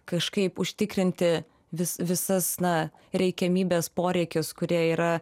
kažkaip užtikrinti vis visas na reikiamybės poreikius kurie yra